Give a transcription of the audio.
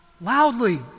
loudly